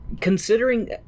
considering